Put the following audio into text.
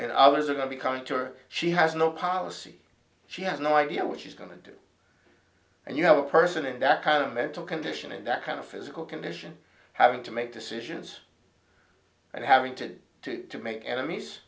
and others are going to come to her she has no policy she has no idea what she's going to do and you have a person in that kind of mental condition in that kind of physical condition having to make decisions and having to to to make enemies